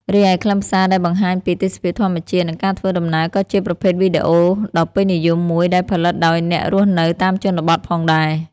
រីឯខ្លឹមសារដែលបង្ហាញពី ទេសភាពធម្មជាតិ និងការធ្វើដំណើរ ក៏ជាប្រភេទវីដេអូដ៏ពេញនិយមមួយដែលផលិតដោយអ្នករស់នៅតាមជនបទផងដែរ។